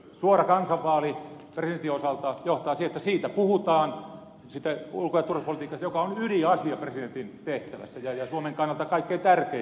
suora kansanvaali presidentin osalta johtaa siihen että siitä puhutaan siitä ulko ja turvallisuuspolitiikasta joka on ydinasia presidentin tehtävässä ja suomen kannalta kaikkein tärkein asia